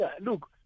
look